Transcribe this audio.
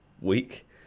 week